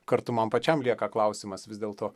kartu man pačiam lieka klausimas vis dėlto